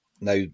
Now